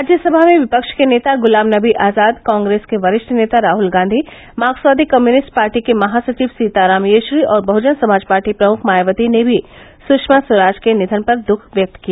राज्यसभा में विपक्ष के नेता गुलाम नबी आजाद कांग्रेस के वरिष्ठ नेता राहुल गांधी मार्क सवादी कम्युनिस्ट पार्टी के महासचिव सीताराम येचुरी और बहजन समाज पार्टी प्रमुख मायावती ने भी सृषमा स्वराज के निधन पर दःख व्यक्त किया